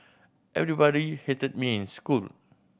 everybody hated me in school